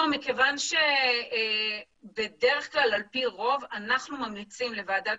מכיוון שבדרך כלל על פי רוב אנחנו ממליצים לוועדת